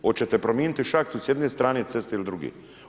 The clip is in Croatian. Hoćete prominiti šahtu sa jedne strane ceste ili druge.